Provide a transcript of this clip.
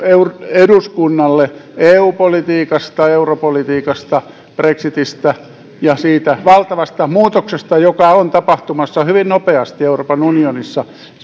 eduskunnalle eu politiikasta europolitiikasta brexitistä ja siitä valtavasta muutoksesta joka on tapahtumassa hyvin nopeasti euroopan unionissa